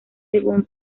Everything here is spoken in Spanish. según